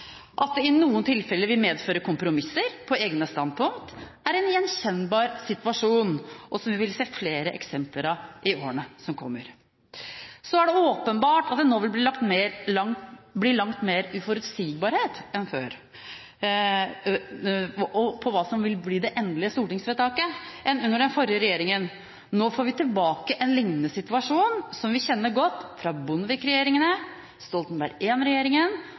At det i noen tilfeller vil medføre kompromisser på egne standpunkt, er en gjenkjennbar situasjon som vi vil se flere eksempler på i årene som kommer. Så er det åpenbart at hva som vil bli det endelige stortingsvedtaket, nå vil bli langt mer uforutsigbart enn under den forrige regjeringen. Nå får vi tilbake en lignende situasjon som vi kjenner godt fra Bondevik-regjeringene, Stoltenberg